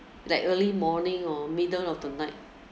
like early morning or middle of the night